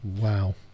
Wow